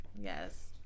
Yes